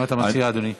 מה אתה מציע, אדוני?